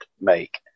make